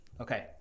okay